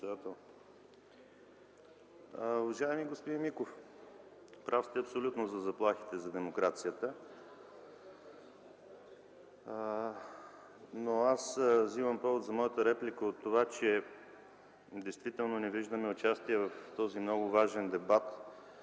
Уважаеми господин Миков, прав сте абсолютно за заплахите за демокрацията, но аз вземам повод за моята реплика от това, че действително не виждам участие в този много важен дебат